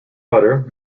butter